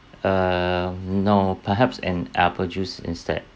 err no perhaps an apple juice instead